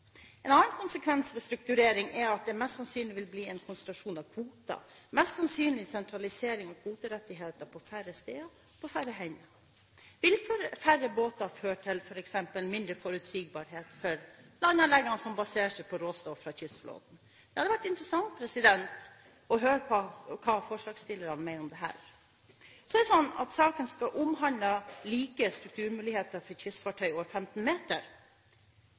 En annen konsekvens ved strukturering er at det mest sannsynlig vil bli en konsentrasjon av kvotene, mest sannsynlig en sentralisering av kvoterettighetene på færre steder og på færre hender. Vil færre båter føre til f.eks. mindre forutsigbarhet for landanleggene som baserer seg på råstoff fra kystflåten? Det hadde vært interessant å høre hva forslagsstillerne mener om dette. Så er det sånn at denne saken skal omhandle like strukturmuligheter for kystfartøy over 15 meter.